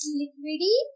liquidy